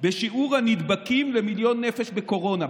בשיעור הנדבקים למיליון נפש בקורונה,